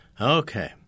Okay